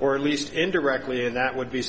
or at least indirectly that would be